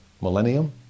millennium